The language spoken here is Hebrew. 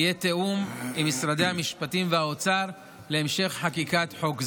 יהיה תיאום עם משרדי המשפטים והאוצר להמשך חקיקת חוק זה.